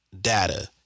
data